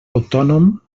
autònom